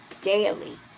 daily